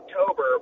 October